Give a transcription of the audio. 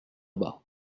bas